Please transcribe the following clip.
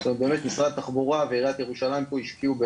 באמת משרד התחבורה ועיריית ירושלים השקיעו,